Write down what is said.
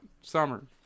summer